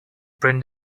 bring